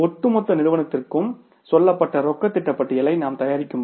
ஒட்டுமொத்த நிறுவனத்துக்கும் சொல்லப்பட்ட ரொக்க திட்ட பட்டியலை நாம் தயாரிக்கும்போது